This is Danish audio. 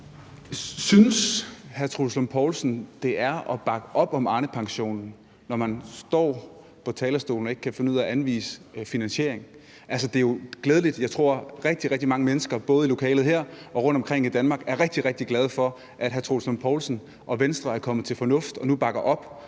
Poulsen, det er at bakke op om Arnepensionen, når man står på talerstolen og ikke kan finde ud af at anvise finansiering? Altså, det er jo glædeligt – jeg tror, rigtig, rigtig mange mennesker, både i lokalet her og rundtomkring i Danmark, er rigtig, rigtig glade for, at hr. Troels Lund Poulsen og Venstre er kommet til fornuft og nu bakker op